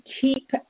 keep